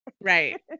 right